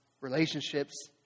relationships